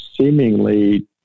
seemingly